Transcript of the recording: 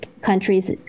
countries